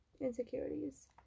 insecurities